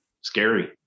scary